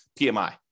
PMI